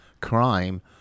crime